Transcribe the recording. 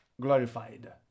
glorified